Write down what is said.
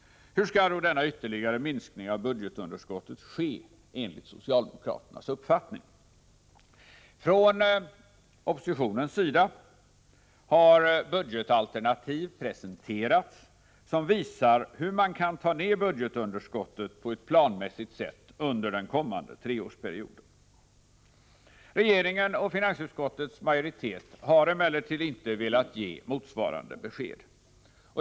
Hur skall då denna ytterligare minskning av budgetunderskottet ske enligt socialdemokraternas uppfattning? Från oppositionens sida har budgetalternativ presenterats som visar hur man kan ta ned budgetunderskottet på ett planmässigt sätt under den kommande treårsperioden. Regeringen och finansutskottets majoritet har emellertid inte velat ge motsvarande besked.